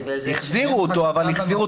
בגלל זה --- החזירו אותו אבל החזירו